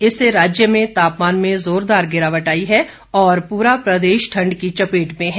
इससे राज्य में तापमान में जोरदार गिरावट आई है और पूरा प्रदेश ठंड की चपेट में है